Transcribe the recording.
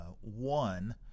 One